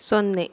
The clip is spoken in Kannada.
ಸೊನ್ನೆ